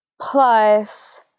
plus